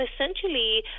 essentially